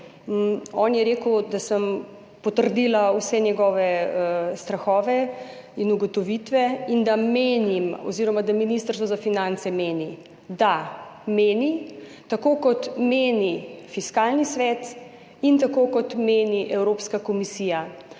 on je rekel, da sem potrdila vse njegove strahove in ugotovitve in da menim oziroma da Ministrstvo za finance meni, da meni tako, kot meni Fiskalni svet in kot meni Evropska komisija.